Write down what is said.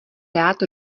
rád